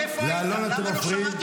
לאלון אתם מפריעים?